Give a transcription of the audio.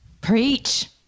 Preach